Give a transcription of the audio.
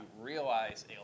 realize